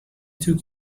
took